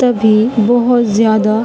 تبھی بہت زیادہ